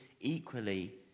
equally